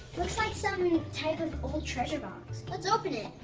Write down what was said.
looks like some type of old treasure box! let's open it!